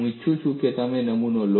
હું ઈચ્છું છું કે તમે નમૂનો લો